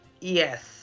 Yes